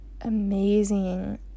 amazing